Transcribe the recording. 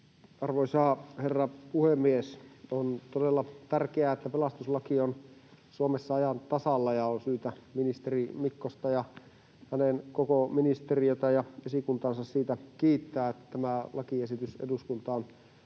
Arvoisa herra puhemies! On todella tärkeää, että pelastuslaki on Suomessa ajan tasalla, ja on syytä ministeri Mikkosta ja hänen koko ministeriötään ja esikuntaansa kiittää siitä, että tämä lakiesitys eduskuntaan